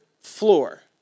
floor